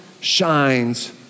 shines